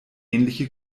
ähnliche